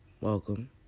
welcome